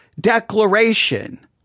declaration